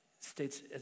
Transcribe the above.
states